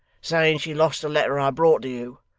saying she lost the letter i brought to you,